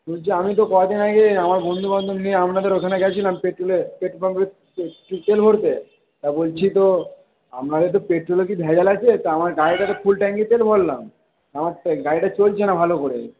বলছি আমি তো কয়দিন আগে আমার বন্ধুবান্ধব নিয়ে আপনাদের ওখানে গেছিলাম পেট্রোলে পেট্রোল পাম্পে তেল ভরতে তা বলছি তো আপনাদের তো পেট্রোলে কি ভেজাল আছে তা আমার গাড়িটা তো ফুল ট্যাঙ্কি তেল ভরলাম আমার তো গাড়িটা চলছে না ভালো করে